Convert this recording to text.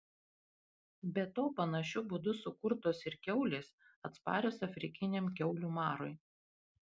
be to panašiu būdu sukurtos ir kiaulės atsparios afrikiniam kiaulių marui